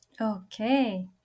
Okay